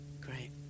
great